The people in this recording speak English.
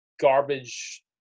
garbage